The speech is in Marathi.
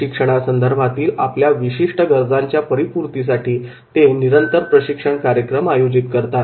प्रशिक्षणासंदर्भातील आपल्या विशिष्ट गरजांच्या परिपूर्तीसाठी ते निरंतर प्रशिक्षण कार्यक्रम आयोजित करतात